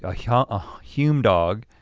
a yeah ah hume-dog,